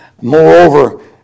Moreover